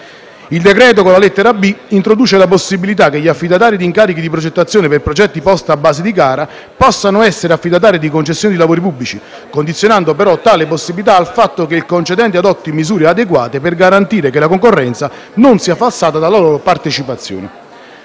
Il decreto, con la lettera *b)*, introduce la possibilità che gli affidatari di incarichi di progettazione per progetti posti a base di gara possano essere affidatari delle concessioni di lavori pubblici, condizionando però tale possibilità al fatto che il concedente adotti misure adeguate per garantire che la concorrenza non sia falsata dalla loro partecipazione.